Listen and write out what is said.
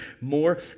more